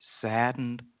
saddened